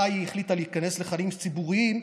מתי היא החליטה להיכנס לחיים הציבוריים: